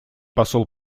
посол